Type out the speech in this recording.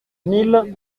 mille